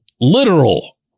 literal